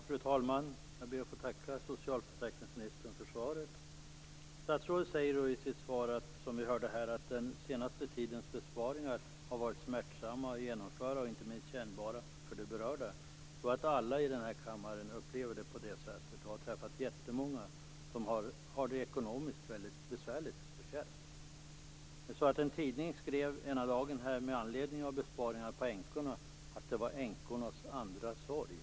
Fru talman! Jag ber att få tacka socialförsäkringsministern för svaret. Statsrådet säger i sitt svar som vi hörde att den senaste tidens besparingar har varit smärtsamma att genomföra och inte minst kännbara för de berörda. Jag tror att alla i denna kammare upplever det på det sättet och har träffat jättemånga som har det ekonomiskt väldigt besvärligt och kärvt. En tidning skrev häromdagen med anledning av besparingarna på änkorna att de var änkornas andra sorg.